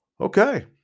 Okay